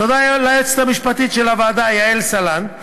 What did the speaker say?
תודה ליועצת המשפטית של הוועדה יעל סלנט,